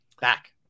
Back